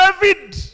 David